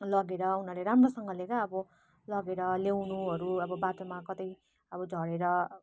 लगेर उनीहरूले राम्रोसँगले क्या अब लगेर ल्याउनुहरू अब बाटोमा कतै अब झरेर